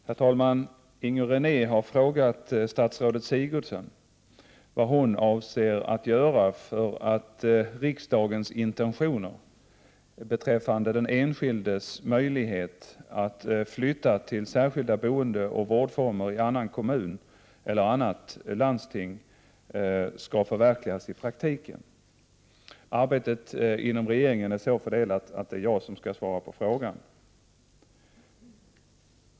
Herr talman! Inger René har frågat statsrådet Sigurdsen vad hon avser att göra för att riksdagens intentioner beträffande den enskildes möjlighet att flytta till särskilda boendeoch vårdformer i annan kommun eller annat landsting skall förverkligas i praktiken. Arbetet inom regeringen är så fördelat att det är jag som skall svara på frågan.